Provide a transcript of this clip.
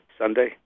Sunday